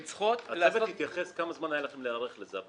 הן צריכות --- הצוות יתייחס כמה זמן היה לכם להיערך לזה.